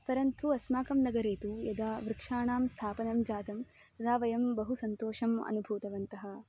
परन्तु अस्माकं नगरे तु यदा वृक्षाणां स्थापनं जातं तदा वयं बहु सन्तोषम् अनुभूतवन्तः